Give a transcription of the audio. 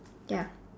ya